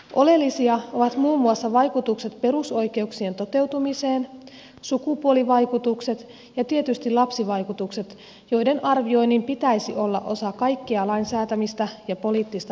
oleellisia ovat muun muassa vaikutukset perusoikeuksien toteutumiseen sukupuolivaikutukset ja tietysti lapsivaikutukset joiden arvioinnin pitäisi olla osa kaikkea lain säätämistä ja poliittista päätöksentekoa